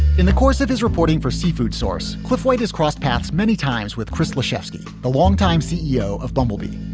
in the course of his reporting for seafood source, cliff white has crossed paths many times with chris chayefsky, the longtime ceo of bumble bee.